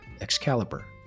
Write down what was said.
Excalibur